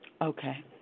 Okay